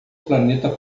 planeta